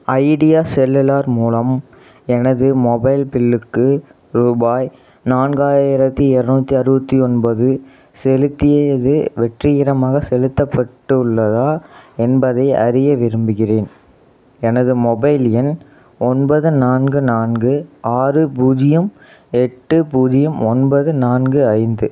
idea Cellular மூலம் எனது mobile பில்லுக்கு ரூபாய் நான்காயிரத்தி இரநூத்தி அறுபத்தி ஒன்பது செலுத்தியது வெற்றிகரமாக செலுத்தப்பட்டு உள்ளதா என்பதை அறிய விரும்புகிறேன் எனது மொபைல் எண் ஒன்பது நான்கு நான்கு ஆறு பூஜ்ஜியம் எட்டு பூஜ்ஜியம் ஒன்பது நான்கு ஐந்து